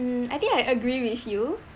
mm I think I agree with you